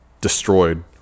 destroyed